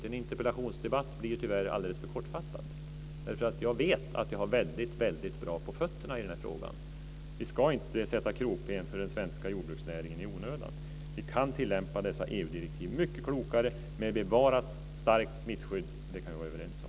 En interpellationsdebatt blir tyvärr alldeles för kortfattad. Jag vet att jag har väldigt bra på fötterna i den här frågan. Vi ska inte sätta krokben för den svenska jordbruksnäringen i onödan. Vi kan tillämpa dessa EU-direktiv mycket klokare med bevarat starkt smittskydd. Det kan vi vara överens om.